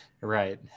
Right